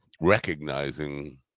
recognizing